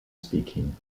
speaking